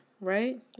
right